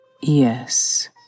Yes